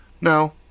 No